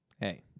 hey